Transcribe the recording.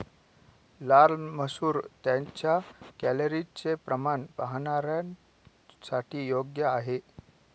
लाल मसूर त्यांच्या कॅलरीजचे प्रमाण पाहणाऱ्यांसाठी योग्य आहे